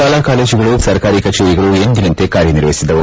ಶಾಲಾ ಕಾಲೇಜುಗಳುಸರ್ಕಾರಿಕಚೇರಿಗಳು ಎಂದಿನಂತೆ ಕಾರ್ಯನಿರ್ವಹಿಸಿದವು